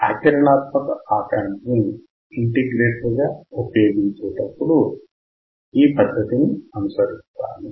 ఆచరణాత్మక op amp ని integrator గా ఉపయోగించేటప్పుడు ఈ పద్ధతి అనుసరిస్తాము